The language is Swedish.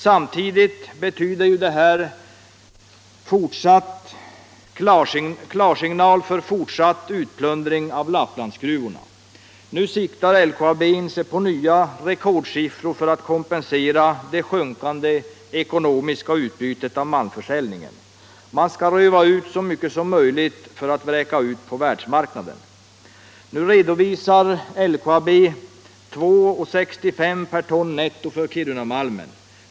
Samtidigt som man gör det ger man nämligen klarsignal för fortsatt utplundring av Lapplandsgruvorna. Nu siktar LKAB in sig på nya rekordsiffror för att kompensera det sjunkande ekonomiska utbytet av malmförsäljningen. Man skall röva bort så mycket som möjligt för att vräka ut det på världsmarknaden. LKAB redovisar 2:65 kr. per ton netto för Kirunamalmen.